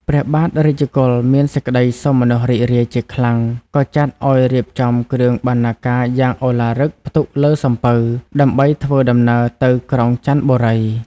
ព្រះបាទរាជកុល មានសេចក្ដីសោមនស្សរីករាយជាខ្លាំង ក៏ចាត់ឲ្យរៀបចំគ្រឿងបណ្ណាការយ៉ាងឧឡារិកផ្ទុកលើសំពៅ ដើម្បីធ្វើដំណើរទៅក្រុងចន្ទបុរី។